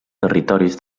territoris